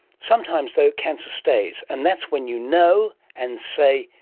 sometimes, though, cancer stays, and that's when you know, and say,